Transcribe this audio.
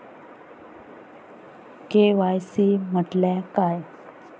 KYC म्हटल्या काय?